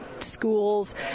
schools